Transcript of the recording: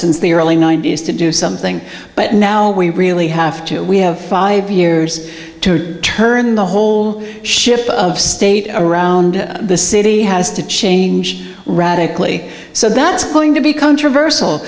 since the early ninety's to do something but now we really have to we have five years to turn the whole ship of state around the city has to change radically so that it's going to be controversial